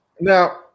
Now